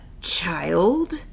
Child